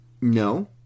No